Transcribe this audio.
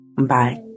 Bye